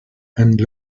and